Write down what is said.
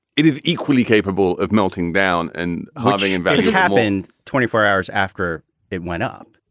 it is equally capable of melting down and having and but it happen twenty four hours after it went up.